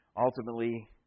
ultimately